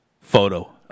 photo